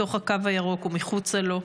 בתוך הקו הירוק ומחוצה לו,